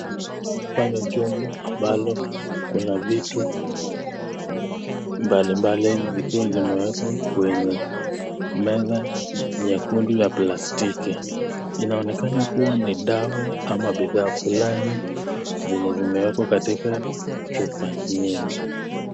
Hapa ni jumba ambalo kuna vitu mbalimbali zikiwa zimewekwa kwenye meza nyekundu ya plastiki. Inaonekana kuwa ni dawa ama bidhaa fulani zenye zimewekwa katika chupa nyingi.